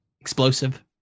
explosive